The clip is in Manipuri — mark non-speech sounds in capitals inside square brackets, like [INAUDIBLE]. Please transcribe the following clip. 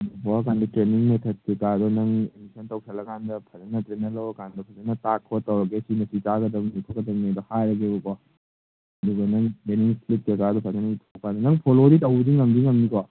ꯄꯥꯎ ꯐꯥꯎꯔꯛꯑꯀꯥꯟꯗ ꯇ꯭ꯔꯦꯅꯤꯡ ꯃꯦꯊꯠ ꯀꯩꯀꯥꯗꯣ ꯅꯪ ꯑꯦꯠꯃꯤꯁꯟ ꯇꯧꯁꯜꯂꯀꯥꯟꯗ ꯐꯖꯅ ꯇ꯭ꯔꯦꯅꯔ ꯂꯧꯔꯀꯥꯟꯗ ꯐꯖꯅ ꯇꯥꯛ ꯈꯣꯠ ꯇꯧꯔꯒꯦ ꯁꯤꯅ ꯁꯤ ꯆꯥꯒꯗꯃꯤ ꯈꯣꯠꯀꯗꯝꯅꯤꯗꯣ ꯍꯥꯏꯔꯒꯦꯕꯀꯣ ꯑꯗꯨꯒ ꯅꯪ [UNINTELLIGIBLE] ꯀꯩꯀꯥꯗꯣ ꯐꯖꯅ [UNINTELLIGIBLE] ꯅꯪ ꯐꯣꯂꯣꯗꯤ ꯇꯧꯕꯗꯤ ꯉꯝꯗꯤ ꯉꯝꯅꯤꯀꯣ